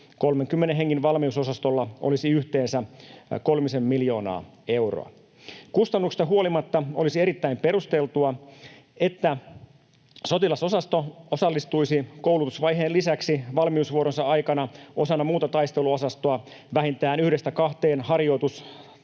30 hengen valmiusosastolla olisi yhteensä kolmisen miljoonaa euroa. Kustannuksista huolimatta olisi erittäin perusteltua, että sotilas-osasto osallistuisi koulutusvaiheen lisäksi valmiusvuoronsa aikana osana muuta taisteluosastoa vähintään 1—2 harjoitus-